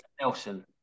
Nelson